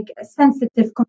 sensitive